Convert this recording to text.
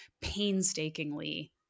painstakingly